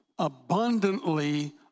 abundantly